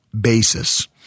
basis